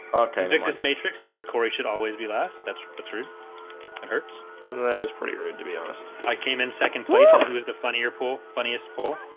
okay victus matrix says corey should always be last that's the truth hurts was pretty rude. to be honest. i came in second place up. he was the funnier pool funniest pool.